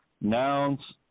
nouns